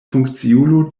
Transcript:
funkciulo